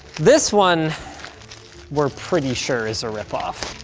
this one we're pretty sure is a rip-off.